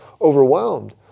overwhelmed